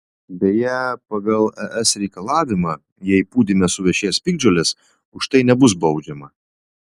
beje pagal es reikalavimą jei pūdyme suvešės piktžolės už tai nebus baudžiama